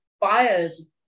buyers